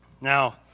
Now